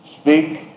speak